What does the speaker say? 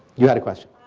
you had a question?